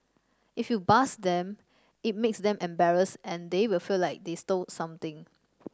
if you buzz them it makes them embarrassed and they will feel like they stole something